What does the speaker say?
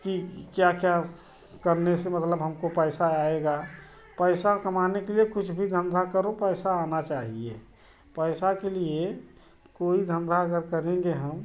कि क्या क्या करने से मतलब हमको पैसा आएगा पैसा कमाने के लिए कुछ भी धंधा करो पैसा आना चाहिए पैसा के लिए कोई धंधा अगर करेंगे हम